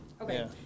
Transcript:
Okay